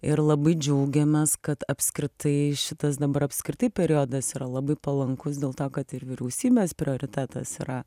ir labai džiaugiamės kad apskritai šitas dabar apskritai periodas yra labai palankus dėl to kad ir vyriausybės prioritetas yra